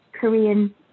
Korean